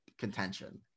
contention